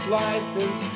license